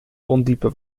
ondiepe